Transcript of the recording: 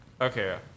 Okay